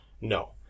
No